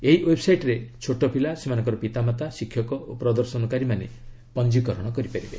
ଏହି ୱେବ୍ସାଇଟ୍ରେ ଛୋଟପିଲା ସେମାନଙ୍କର ପିତାମାତା ଶିକ୍ଷକ ଓ ପ୍ରଦର୍ଶନକାରୀମାନେ ପଞ୍ଜିକରଣ କରିପାରିବେ